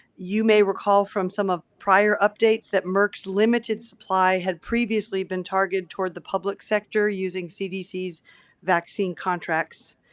you may recall from some of prior updates that merck's limited supply had previously been targeted toward the public sector using cdc vaccine contracts.